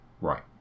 Right